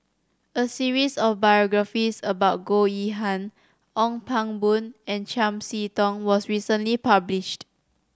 a series of biographies about Goh Yihan Ong Pang Boon and Chiam See Tong was recently published